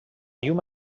llum